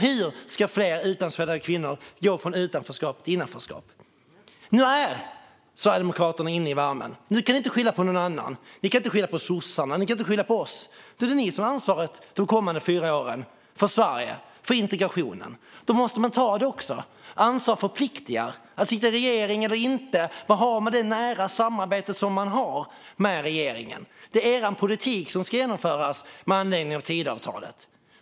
Hur ska fler utlandsfödda kvinnor gå från utanförskap till innanförskap? Nu är Sverigedemokraterna inne i värmen, och nu kan ni inte skylla på någon annan, på sossarna eller på oss. Nu har ni ansvaret de kommande fyra åren för Sverige och för integrationen. Då måste man också ta ansvaret. Ansvar förpliktar. Att sitta i regering eller inte, men man har det nära samarbete man har med regeringen. Det är er politik som ska genomföras med anledning av Tidöavtalet.